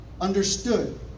understood